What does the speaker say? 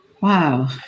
Wow